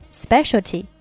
specialty